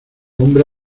hombre